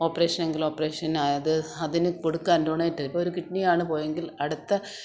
operation എങ്കിൽ ഓപ്പറേഷന് അത് അതിന് കൊടുക്കാൻ ഡൊണേറ്റ് ഇപ്പോള് ഒരു കിഡ്നിയാണ് പോയതെങ്കിൽ അടുത്ത